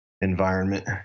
environment